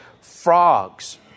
frogs